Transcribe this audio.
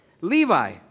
Levi